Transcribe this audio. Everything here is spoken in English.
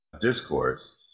discourse